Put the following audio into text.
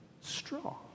straw